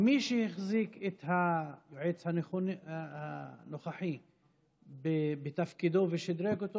מי שהחזיק את היועץ הנוכחי בתפקידו ושדרג אותו